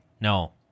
No